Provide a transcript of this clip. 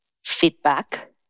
feedback